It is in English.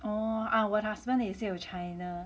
oh ah 我的 husband 也是有 China